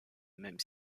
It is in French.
même